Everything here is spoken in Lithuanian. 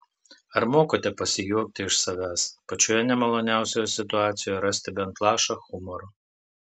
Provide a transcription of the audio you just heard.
ar mokate pasijuokti iš savęs pačioje nemaloniausioje situacijoje rasti bent lašą humoro